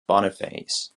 boniface